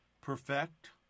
perfect